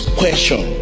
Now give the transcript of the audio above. question